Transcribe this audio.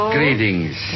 Greetings